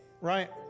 right